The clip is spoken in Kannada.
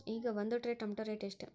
ಈಗ ಒಂದ್ ಟ್ರೇ ಟೊಮ್ಯಾಟೋ ರೇಟ್ ಎಷ್ಟ?